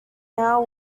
now